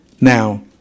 now